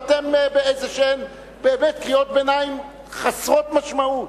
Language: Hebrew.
ואתם באיזה באמת קריאות ביניים חסרות משמעות.